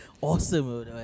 Awesome